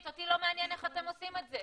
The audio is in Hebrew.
אותי לא מעניין איך אתם עושים את זה.